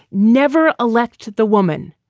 never elect the woman.